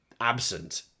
absent